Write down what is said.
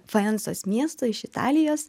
faencos miesto iš italijos